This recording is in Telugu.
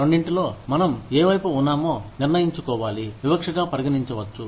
రెండింటిలో మనం ఏ వైపు ఉన్నామో నిర్ణయించుకోవాలి వివక్షగా పరిగణించవచ్చు